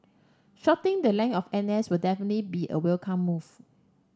shortening the length of N S will definitely be a welcome move